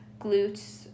glutes